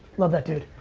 love that dude.